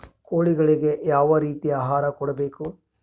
ಕೋಳಿಗಳಿಗೆ ಯಾವ ರೇತಿಯ ಆಹಾರ ಕೊಡಬೇಕು?